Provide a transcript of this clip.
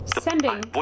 sending